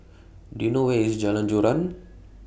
Do YOU know Where IS Jalan Joran